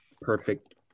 perfect